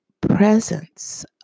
presence